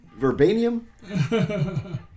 Verbanium